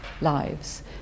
lives